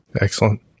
Excellent